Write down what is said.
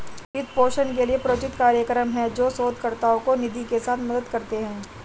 वित्त पोषण के लिए, प्रायोजित कार्यक्रम हैं, जो शोधकर्ताओं को निधि के साथ मदद करते हैं